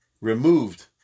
removed